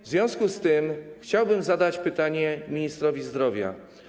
W związku z tym chciałbym zadać pytanie ministrowi zdrowia.